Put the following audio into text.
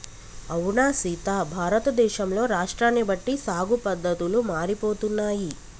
అవునా సీత భారతదేశంలో రాష్ట్రాన్ని బట్టి సాగు పద్దతులు మారిపోతున్నాయి